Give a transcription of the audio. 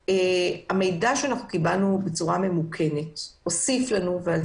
המידע שקיבלנו בצורה ממוכנת הוסיף ותרם רבות למאבק שלנו.